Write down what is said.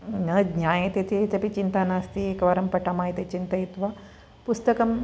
न ज्ञायते चेदपि चिन्ता नास्ति एकवारं पठामः इति चिन्तयित्वा पुस्तकं